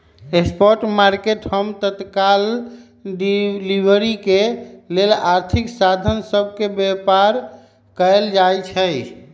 spot market हम तत्काल delivery के लेल आर्थिक साधन सभ के व्यापार कयल जाइ छइ